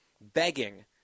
begging